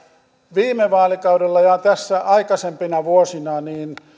viime vaalikaudella ja tässä aikaisempina vuosina